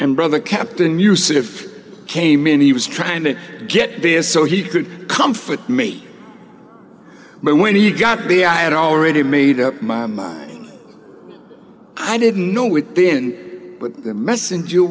and brother captain yousif came in he was trying to get beers so he could come for me but when he got to be i had already made up my mind i didn't know within the messenger